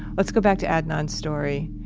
let's go back to adnan's story.